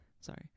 Sorry